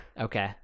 Okay